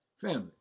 Family